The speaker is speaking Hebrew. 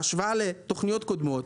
בהשוואה לתוכניות קודמות,